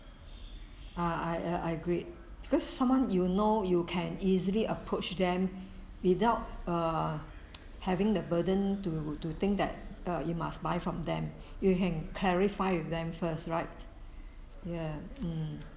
ah I I I agreed because someone you know you can easily approached them without err having the burden to to think that err you must buy from them you can clarify with them first right ya mm